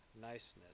niceness